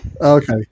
okay